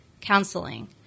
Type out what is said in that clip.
counseling